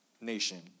nation